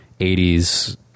80s